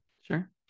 Sure